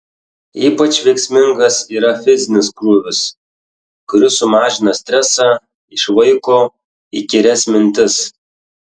ypač veiksmingas yra fizinis krūvis kuris sumažina stresą išvaiko įkyrias mintis